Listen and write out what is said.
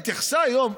היא התייחסה היום,